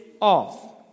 off